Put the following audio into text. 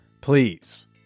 please